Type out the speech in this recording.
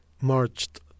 marched